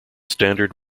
standard